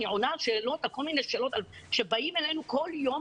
עונה על כל מיני שאלות כשבאים אלינו בכל יום.